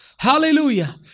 Hallelujah